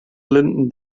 linden